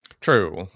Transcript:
true